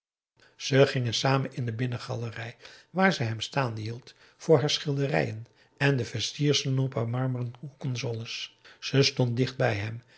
ze gingen samen in de binnengalerij waar ze hem staande hield voor haar schilderijen en de versierselen op haar marmeren hoek consoles ze stond dicht bij hem